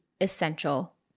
essential